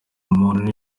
umuntu